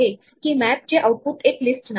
असे विचारले तर रिटर्न व्हॅल्यू खरे येणार आहे